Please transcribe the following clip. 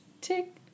Tick